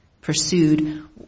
pursued